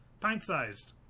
Pint-sized